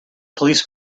police